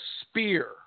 spear